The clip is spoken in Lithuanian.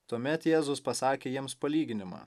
tuomet jėzus pasakė jiems palyginimą